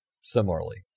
similarly